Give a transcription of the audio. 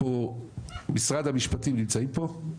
משרד המשפטים נמצאים פה?